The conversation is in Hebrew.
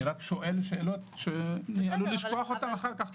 רק שואל שאלות כדי לא לשכוח אחר כך.